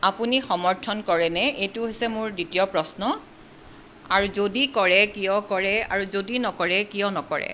আপুনি সমৰ্থন কৰেনে এইটো হৈছে মোৰ দ্বিতীয় প্ৰশ্ন আৰু যদি কৰে কিয় কৰে আৰু যদি নকৰে কিয় নকৰে